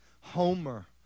Homer